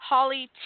Holly